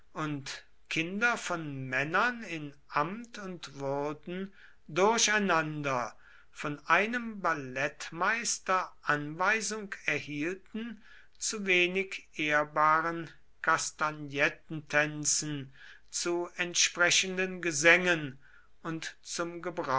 kinder von männern in amt und würden durcheinander von einem ballettmeister anweisung erhielten zu wenig ehrbaren kastagnettentänzen zu entsprechenden gesängen und zum